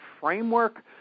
framework